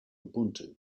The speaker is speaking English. ubuntu